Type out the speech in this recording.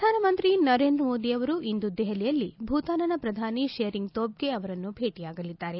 ಪ್ರಧಾನಮಂತ್ರಿ ನರೇಂದ್ರಮೋದಿ ಅವರು ಇಂದು ದೆಹಲಿಯಲ್ಲಿ ಭೂತಾನ್ನ ಪ್ರಧಾನಿ ಶೆರಿಂಗ್ ತೊಗ್ಗೆ ಅವರನ್ನು ಭೇಟಿಯಾಗಲಿದ್ದಾರೆ